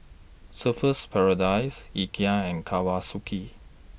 Surfer's Paradise Ikea and Kawasaki